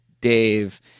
Dave